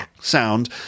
sound